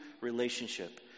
relationship